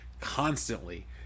constantly